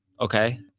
okay